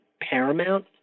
Paramount